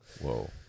Whoa